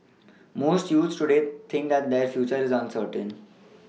most youths today think that their future is uncertain